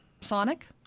Sonic